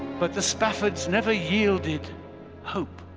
but the spaffords never yielded hope.